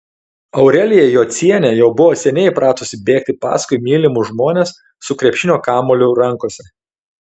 aurelija jocienė jau buvo seniai įpratusi bėgti paskui mylimus žmones su krepšinio kamuoliu rankose